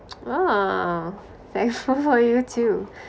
!wah! thankful for you too